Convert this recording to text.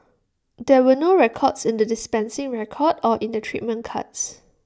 there were no records in the dispensing record or in the treatment cards